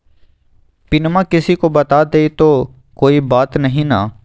पिनमा किसी को बता देई तो कोइ बात नहि ना?